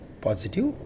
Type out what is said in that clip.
positive